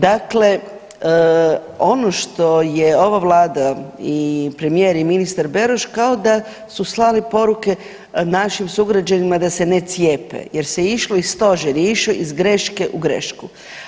Dakle, ono što je ova vlada i premijer i ministar Beroš kao da su slali poruke našim sugrađanima da se ne cijepe jer se išlo i stožer je išao iz greške u grešku.